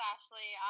Ashley